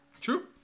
True